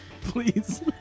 Please